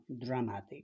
dramatic